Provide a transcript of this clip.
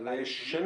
בעיניים שלי.